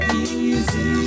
easy